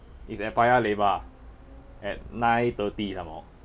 it's at paya lebar at nine thirty some more